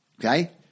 Okay